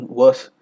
worse